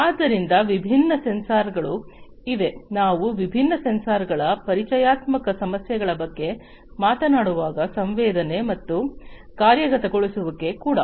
ಆದ್ದರಿಂದ ವಿಭಿನ್ನ ಸೆನ್ಸಾರ್ಗಳು ಇವೆ ನಾವು ವಿಭಿನ್ನ ಸೆನ್ಸಾರ್ಗಳ ಪರಿಚಯಾತ್ಮಕ ಸಮಸ್ಯೆಗಳ ಬಗ್ಗೆ ಮಾತನಾಡುವಾಗ ಸಂವೇದನೆ ಮತ್ತು ಕಾರ್ಯಗತಗೊಳಿಸುವಿಕೆ ಕೂಡ